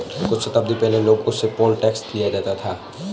कुछ शताब्दी पहले लोगों से पोल टैक्स लिया जाता था